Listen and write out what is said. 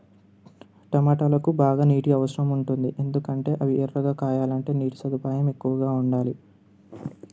టమాటాలకు బాగా నీటి అవసరం ఉంటుంది ఎందుకంటే అవి ఎర్రగా కాయాలి అంటే నీటి సదుపాయం ఎక్కువగా ఉండాలి